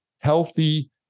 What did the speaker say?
healthy